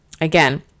Again